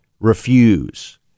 refuse